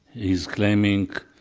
he's claiming